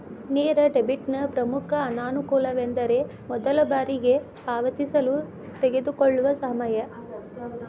ನೇರ ಡೆಬಿಟ್ನ ಪ್ರಮುಖ ಅನಾನುಕೂಲವೆಂದರೆ ಮೊದಲ ಬಾರಿಗೆ ಪಾವತಿಸಲು ತೆಗೆದುಕೊಳ್ಳುವ ಸಮಯ